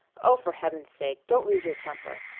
oh, for heaven's sake, don't lose your temper.